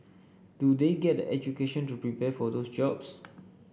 do they get the education to prepare for those jobs